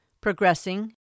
progressing